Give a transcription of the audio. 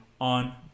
on